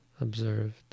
observed